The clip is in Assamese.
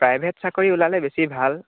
প্ৰাইভেট চাকৰি ওলালে বেছি ভাল